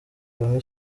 bamwe